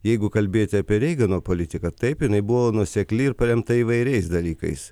jeigu kalbėti apie reigano politiką taip jinai buvo nuosekli ir paremta įvairiais dalykais